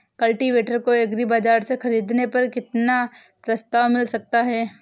Cultivator को agri bazaar से ख़रीदने पर कितना प्रस्ताव मिल सकता है?